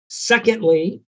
Secondly